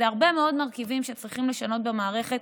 אז זה הרבה מאוד מרכיבים שצריכים לשנות במערכת